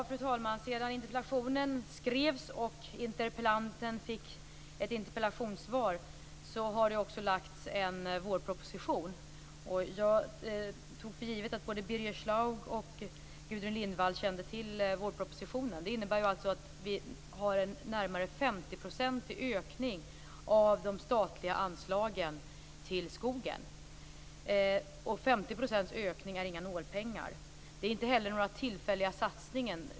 Fru talman! Sedan interpellationen skrevs och interpellanten fick ett interpellationssvar har en vårproposition lagts fram. Jag tog för givet att både Birger Schlaug och Gudrun Lindvall kände till vårpropositionen. Den innebär att vi har en ökning på nästan 50 % av de statliga anslagen till skogen. En ökning på 50 % är inga nålpengar. Det är inte heller några tillfälliga satsningar.